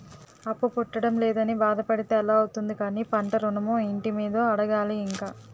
అప్పు పుట్టడం లేదని బాధ పడితే ఎలా అవుతుంది కానీ పంట ఋణమో, ఇంటి మీదో అడగాలి ఇంక